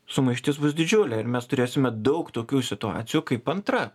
sumaištis bus didžiulė ir mes turėsime daug tokių situacijų kaip antra